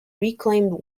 reclaimed